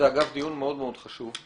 זה אגב דיון מאוד מאוד חשוב.